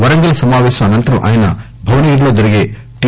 వరంగల్ సమాపేశం అనంతరం ఆయన భువనగిరిలో జరిగే టి